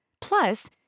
Plus